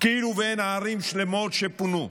כאילו אין ערים שלמות שפונו,